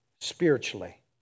spiritually